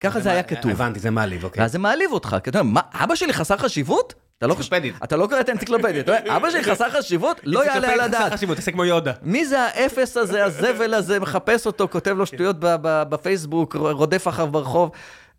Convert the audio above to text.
ככה זה היה כתוב. הבנתי, זה מעליב, אוקיי. זה מעליב אותך, אתה יודע, מה, אבא שלי חסר חשיבות? אתה לא... אינציקלופדי. אתה לא קוראת אנציקלופדיה, אתה יודע, אבא שלי חסר חשיבות, לא יעלה על הדעת. זה כמו יודה. מי זה האפס הזה, הזבל הזה, מחפש אותו, כותב לו שטויות בפייסבוק, רודף אחריו ברחוב.